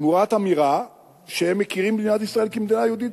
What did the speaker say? תמורת אמירה שהם מכירים במדינת ישראל כמדינה יהודית.